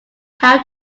how